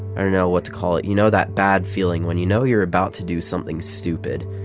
i don't know what to call it. you know that bad feeling when you know you're about to do something stupid,